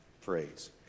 phrase